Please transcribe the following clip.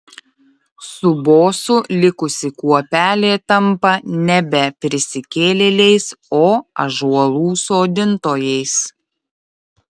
su bosu likusi kuopelė tampa nebe prisikėlėliais o ąžuolų sodintojais